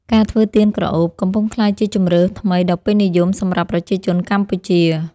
ការធ្វើទៀនក្រអូប កំពុងក្លាយជាជម្រើសថ្មីដ៏ពេញនិយមសម្រាប់ប្រជាជនកម្ពុជា។